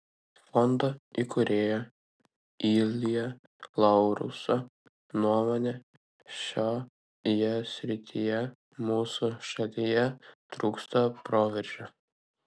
fondo įkūrėjo ilja laurso nuomone šioje srityje mūsų šalyje trūksta proveržio